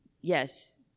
yes